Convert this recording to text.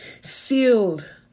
sealed